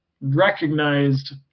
recognized